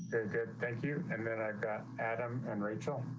thank you. and then i've got adam and rachel.